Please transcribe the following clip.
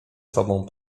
sobą